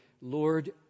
Lord